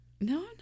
No